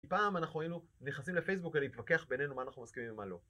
פעם אנחנו היינו נכנסים לפייסבוק כדי להתווכח בינינו מה אנחנו מסכימים ומה לא.